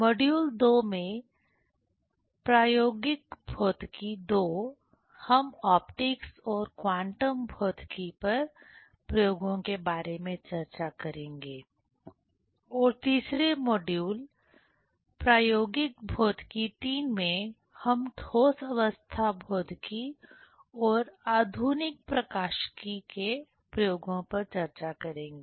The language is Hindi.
मॉड्यूल 2 में प्रायोगिक भौतिकी II हम ऑप्टिक्स और क्वांटम भौतिकी पर प्रयोगों के बारे में चर्चा करेंगे और तीसरे मॉड्यूल प्रायोगिक भौतिकी III में हम ठोस अवस्था भौतिकी और आधुनिक प्रकाशिकी के प्रयोगों पर चर्चा करेंगे